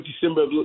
December